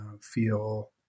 feel –